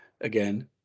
Again